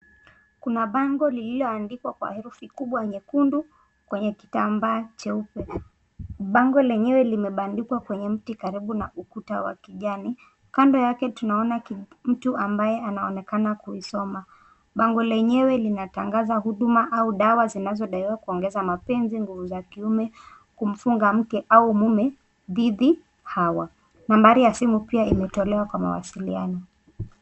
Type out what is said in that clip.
Kuna bango lilioandikwa kwa herufi kubwa nyekundu, kwenye kitambaa cheupe. Bango lenyewe limebandikwa kwenye mti karibu na ukuta wa kijani. Kando yake tunaona mtu ambaye anaonekana kuisoma. Bango lenyewe linatangaza huduma au dawa zinazo daiwa kuongeza mapenzi, nguvu za kiume, kumfunga mke au mume dhidhi, Hawa. Nambari la simu pia limetolewa kwa mawasiliano.